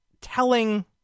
telling